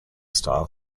style